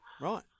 Right